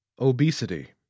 Obesity